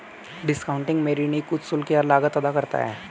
discounting में ऋणी कुछ शुल्क या लागत अदा करता है